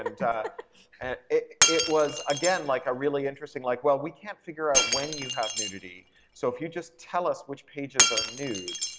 and and it it was again, like, a really interesting like well we can't figure out when you have nudity so if you just tell us which pages are nude,